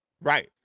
Right